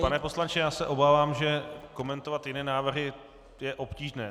Pane poslanče, já se obávám, že komentovat jiné návrhy je obtížné.